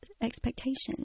expectations